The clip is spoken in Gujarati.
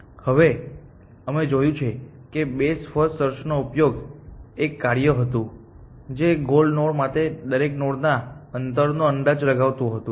હવે અમે જોયું કે બેસ્ટ ફર્સ્ટ સર્ચનો ઉપયોગ એ એક કાર્ય હતું જે ગોલ નોડ માટે દરેક નોડ ના અંતરનો અંદાજ લગાવતું હતું